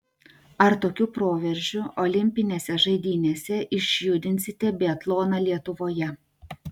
ar tokiu proveržiu olimpinėse žaidynėse išjudinsite biatloną lietuvoje